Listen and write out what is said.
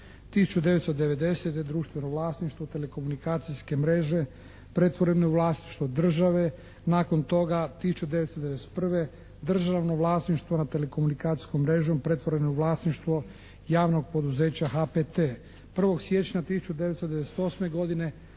1990. društveno vlasništvo telekomunikacijske mreže pretvoreno je u vlasništvo države, nakon toga 1991. državno vlasništvo nad telekomunikacijskom mrežom pretvorena je u vlasništvo javnog poduzeća HPT. 1. siječnja 1998. godine